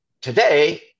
today